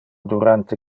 durante